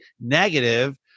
negative